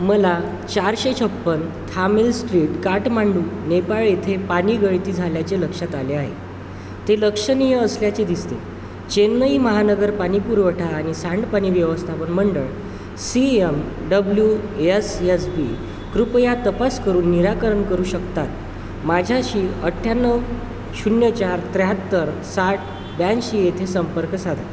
मला चारशे छप्पन थामिल स्ट्रीट काठमांडू नेपाळ येथे पाणी गळती झाल्याचे लक्षात आले आहे ते लक्षणीय असल्याचे दिसते चेन्नई महानगर पाणीपुरवठा आणि सांडपाणी व्यवस्थापन मंडळ C M W S S B कृपया तपास करून निराकरण करू शकतात माझ्याशी अठ्ठ्याण्णव शून्य चार त्र्याहत्तर साठ ब्याऐंशी येथे संपर्क साधा